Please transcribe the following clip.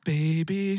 Baby